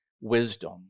wisdom